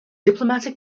diplomatic